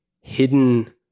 hidden